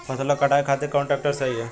फसलों के कटाई खातिर कौन ट्रैक्टर सही ह?